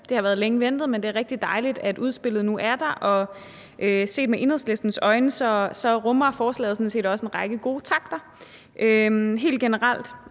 Det har været længe ventet, men det er rigtig dejligt, at udspillet nu er der. Og set med Enhedslistens øjne rummer forslaget sådan set også en række gode takter. Helt generelt